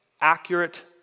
accurate